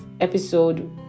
episode